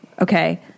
Okay